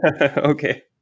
Okay